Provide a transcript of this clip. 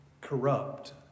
corrupt